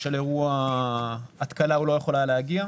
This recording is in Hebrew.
בשל אירוע התקלה הוא לא יכול היה להגיע,